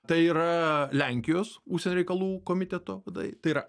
tai yra lenkijos užsienio reikalų komiteto vadai tai yra